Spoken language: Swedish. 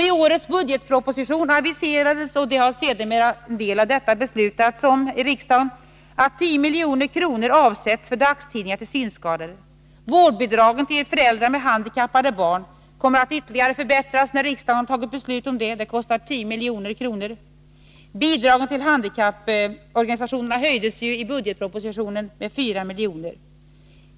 I årets budgetproposition aviserades, och en del av detta har sedermera beslutats om i riksdagen, att 10 milj.kr. avsätts till dagstidningar för synskadade. Vårdbidragen till föräldrar med handikappade barn kommer att ytterligare förbättras när riksdagen fattat beslut om det. Det kostar 10 milj.kr. Bidragen till handikapporganisationerna höjdes ju i budgetpropositionen med 4 milj.kr.